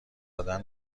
دادن